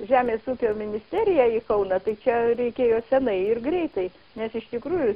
žemės ūkio ministeriją į kauną tai čia reikėjo senai ir greitai nes iš tikrųjų